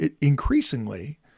increasingly